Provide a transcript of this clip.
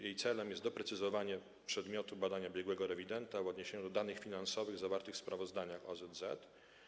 Jej celem jest doprecyzowanie przedmiotu badania biegłego rewidenta w odniesieniu do danych finansowych zawartych w sprawozdaniach OZZ.